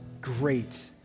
great